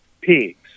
pigs